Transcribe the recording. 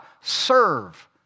Serve